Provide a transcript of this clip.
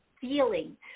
feeling